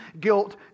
guilt